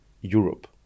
Europe